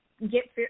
Get